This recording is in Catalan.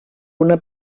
una